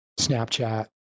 Snapchat